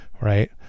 right